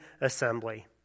assembly